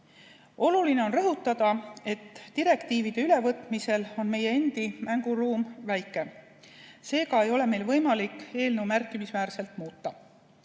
Oluline on rõhutada, et direktiivide ülevõtmisel on meie endi mänguruum väike, seega ei ole meil võimalik eelnõu märkimisväärselt muuta.